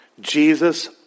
Jesus